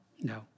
No